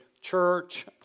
church